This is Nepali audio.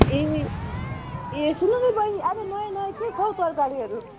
ए ए सुन्नु न बहिनी अहिले नयाँ नयाँ के छ हो तरकारीहरू